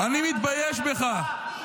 אני מתבייש בך.